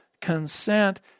consent